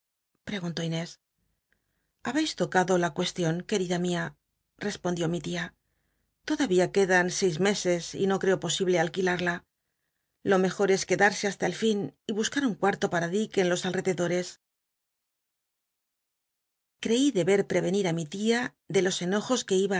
tnés llabcis tocado la cueslion querida mia respondió mi tia lodal'ia quedan seis meses y no creo posible alqu ilal'la lo mejor es querlmse hasta el fin y buscar un cuarto para dick en los alrededores pl'e enit i mi tia de los enojos qu